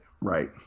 right